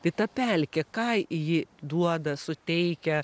tai ta pelkė ką ji duoda suteikia